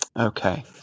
Okay